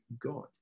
God